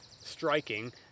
striking